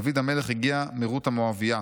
דוד המלך הגיע מרות המואבייה,